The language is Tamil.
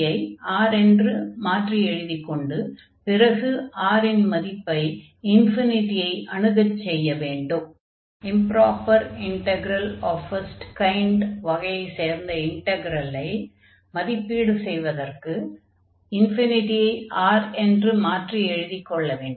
ஐ R என்று மாற்றி எழுதிக் கொண்டு பிறகு R இன் மதிப்பை ஐ அணுகச் செய்ய வேண்டும் improper integral of first kind வகையைச் சேர்ந்த இன்டக்ரல்லை மதிப்பீடு செய்வதற்கு யை R என்று மாற்றி எழுதிக் கொள்ள வேண்டும்